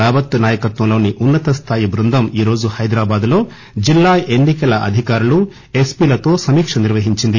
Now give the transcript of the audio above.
రావత్ నాయకత్వంలోని ఉన్నత స్థాయి బృందం ఈ రోజు హైదరాబాద్ లో జిల్లా ఎన్నికల అధికారులు ఎస్పీలతో సమీక్ష నిర్వహించింది